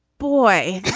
boy